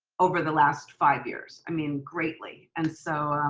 over the last five years, i mean greatly. and so